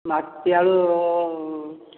ମାଟି ଆଳୁ